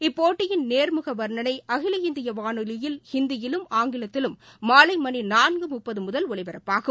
இப்போட்டியின் நேம்மக வர்ணனை அகில இந்திய வானொலியில் ஹிந்தியிலும் ஆங்கிலத்திலும் மாலை மணி நான்கு முப்பது முதல் ஒலிபரப்பாகும்